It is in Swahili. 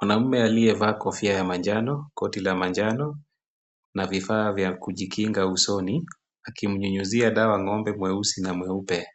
Mwanaume aliyevaa kofia ya manjano, koti la manjano na vifaa vya kujikinga usonibakinyunyizia dawa ng'ombe mweusi na mweupe.